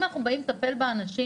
אם אנחנו באים לטפל באנשים.